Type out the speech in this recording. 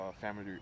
family